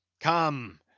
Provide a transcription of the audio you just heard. Come